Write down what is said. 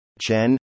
Chen